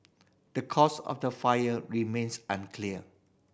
the cause of the fire remains unclear